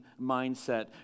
mindset